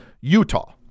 Utah